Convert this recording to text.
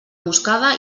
moscada